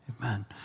amen